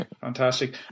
Fantastic